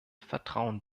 vertrauen